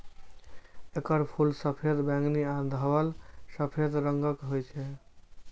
एकर फूल सफेद, बैंगनी आ धवल सफेद रंगक होइ छै